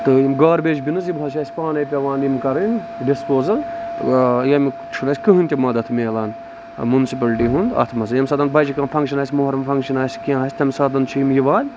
تہٕ یِم garbage bins یِم حظ چھِ اَسہِ پانٕے پیوان یِم کَرٕنۍ ڈِسپوزل ییٚمیُک چھُنہٕ اَسہِ کٔہینۍ تہِ مدتھ ملان مُنسپٔلٹی ہُند اَتھ منٛز ییٚمہِ ساتن بَجہِ کانہہ فَنگشن آسہِ موحرم فَنگشن آسہِ کیہنۍ آسہِ تَمہِ ساتن چھِ یِم یِوان